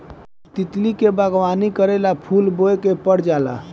तितली के बागवानी करेला फूल बोए के पर जाला